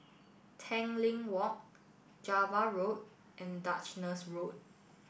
Tanglin Walk Java Road and Duchess Road